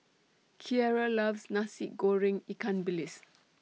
Kiera loves Nasi Goreng Ikan Bilis